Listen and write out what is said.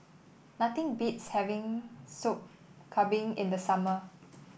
nothing beats having Sop Kambing in the summer